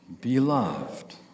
Beloved